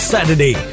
Saturday